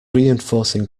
reinforcing